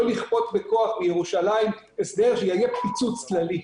לכפות בכוח מירושלים הסדר שיביא לפיצוץ כללי.